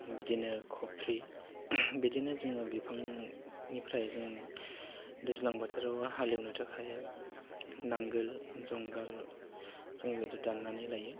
बिदिनो खफ्रि बिदिनो जोङो बिफांनिफ्राय जों दैज्लां बोथोराव हालेवनो थाखाय नांगोल जुंगाल जों बिदि दाननानै लायो